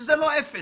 שזה לא אפס